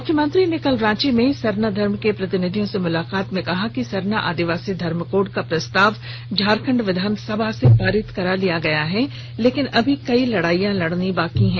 मुख्यमंत्री ने कल रांची में सरना धर्म के प्रतिनिधियों से मुलाकात में कहा कि सरना आदिवासी धर्मकोड का प्रस्ताव तो झारखंड विधानसभा से पारित करा लिया गया है लेकिन अभी कई लड़ाइयां लड़नी है